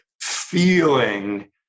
feeling